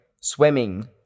swimming